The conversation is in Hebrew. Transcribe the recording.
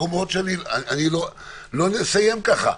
אתם סוחבים לי את הדיון למקומות לא נסיים ככה.